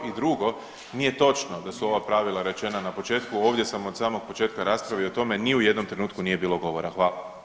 I drugo, nije točno da su ova pravila rečena na početku, ovdje sam od samog početka rasprave i o tome ni u jednom trenutku nije bilo govora.